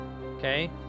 Okay